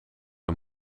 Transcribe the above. een